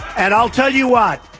and i'll tell you what,